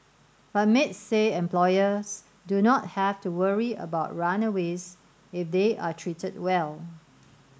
but maids say employers do not have to worry about runaways if they are treated well